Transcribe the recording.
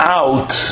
out